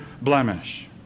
blemish